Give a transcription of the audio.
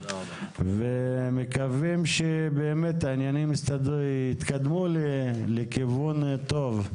ומקווים שבאמת העניינים יתקדמו לכיוון טוב.